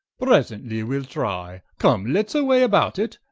presently wee'le try come, let's away about it,